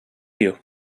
you